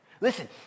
listen